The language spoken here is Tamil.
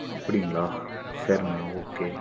அப்படிங்களா சரிண்ணா ஓகே